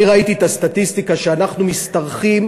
אני ראיתי את הסטטיסטיקה שאנחנו משתרכים